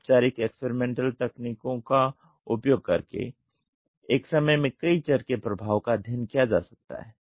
औपचारिक एक्सपेरिमेंटल तकनीकों का उपयोग करके एक समय में कई चर के प्रभाव का अध्ययन किया जा सकता है